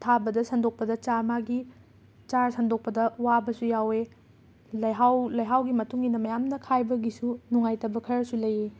ꯊꯥꯕꯗ ꯁꯟꯗꯣꯛꯄꯗ ꯆꯥ ꯃꯥꯒꯤ ꯆꯥꯔ ꯁꯟꯗꯣꯛꯄꯗ ꯋꯥꯕꯁꯨ ꯌꯥꯎꯋꯦ ꯂꯩꯍꯥꯎ ꯂꯩꯍꯥꯎꯒꯤ ꯃꯇꯨꯡ ꯏꯟꯅ ꯃꯌꯥꯝꯅ ꯈꯥꯏꯕꯒꯤꯁꯨ ꯅꯨꯡꯉꯥꯏꯇꯕ ꯈꯔꯁꯨ ꯂꯩꯌꯦ